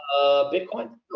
Bitcoin